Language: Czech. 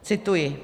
Cituji: